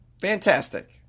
Fantastic